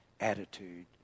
attitude